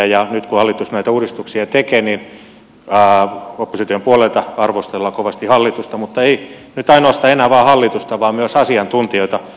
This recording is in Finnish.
nyt kun hallitus näitä uudistuksia tekee niin opposition puolelta arvostellaan kovasti hallitusta mutta ei nyt ainoastaan enää hallitusta vaan myös asiantuntijoita